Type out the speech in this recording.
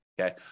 Okay